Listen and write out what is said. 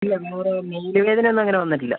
ഇല്ല വേറെ മേല് വേദനയൊന്നും അങ്ങനെ വന്നിട്ടില്ല